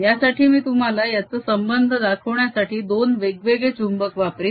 यासाठी मी तुम्हाला याचा संबंध दाखवण्यासाठी दोन वेगवेगळे चुंबक वापरीन